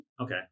Okay